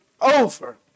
over